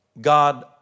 God